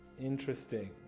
Interesting